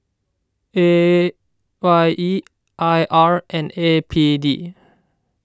A Y E I R and A P D